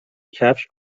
کفش